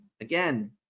again